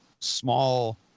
small